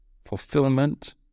fulfillment